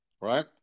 right